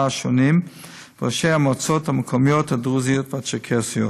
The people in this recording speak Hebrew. השונים וראשי המועצות המקומיות הדרוזיות והצ'רקסיות.